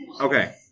Okay